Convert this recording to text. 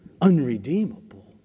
unredeemable